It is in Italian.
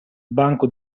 banco